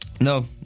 no